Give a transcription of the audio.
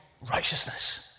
righteousness